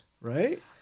Right